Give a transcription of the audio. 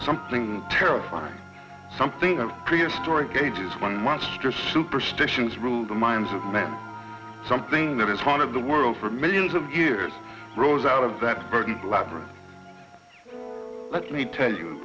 something terrifying something of prehistoric ages when monstrous superstitions rule the minds of men something that is one of the world for millions of years rose out of that bird blabber let me tell you